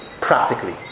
practically